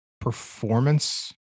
performance